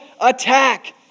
attack